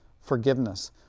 forgiveness